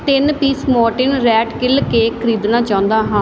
ਤਿੰਨ piece Mortein rat kill cake ਖ਼ਰੀਦਣਾ ਚਾਹੁੰਦਾ ਹਾਂ